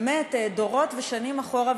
באמת דורות ושנים אחורה,